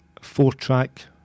four-track